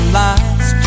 lights